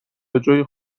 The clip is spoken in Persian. بجای